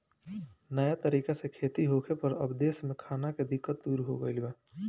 नया तरीका से खेती होखे पर अब देश में खाना के दिक्कत दूर हो गईल बा